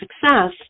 success